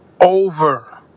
over